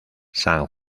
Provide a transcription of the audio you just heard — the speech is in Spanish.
san